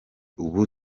ubu